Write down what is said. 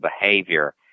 behavior